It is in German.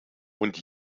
und